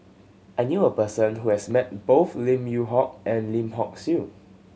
I knew a person who has met both Lim Yew Hock and Lim Hock Siew